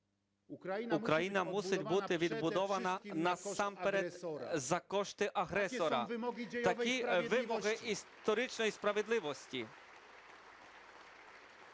Україна мусить бути відбудована насамперед за кошти агресора. Такі вимоги історичної справедливості.